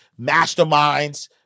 masterminds